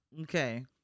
Okay